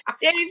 Dave